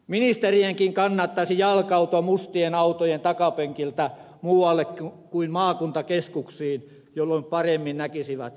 ministerienkin kannattaisi jalkautua mustien autojen takapenkiltä muuallekin kuin maakuntakeskuksiin jolloin paremmin näkisivät kansakunnan tilan